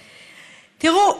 תראו,